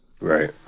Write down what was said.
right